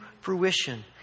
fruition